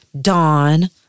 Dawn